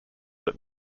that